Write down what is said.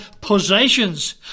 possessions